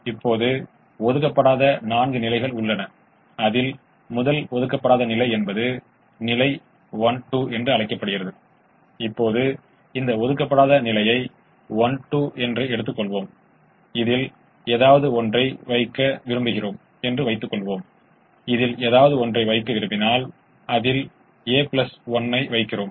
எனவே எங்களிடம் அதிகபட்சமயமாக்கல் முதன்மையானது உள்ளது எனவே இது எங்கள் முதன்மையானது எனவே இதை எங்கள் முதன்மையானது என்று எழுதுகிறோம் எனவே இது எங்கள் முதன்மையானது என்று நாம் கூறுகிறோம்